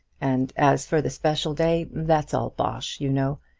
and as for the special day, that's all bosh, you know.